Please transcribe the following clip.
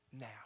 now